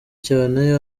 cyane